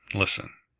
listen.